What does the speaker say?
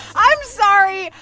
i'm sorry.